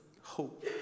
hope